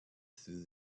through